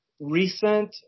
recent